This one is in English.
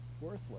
worthless